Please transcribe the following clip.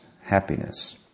happiness